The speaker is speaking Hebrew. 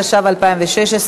התשע"ו 2016,